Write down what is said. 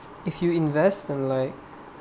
if you invest in like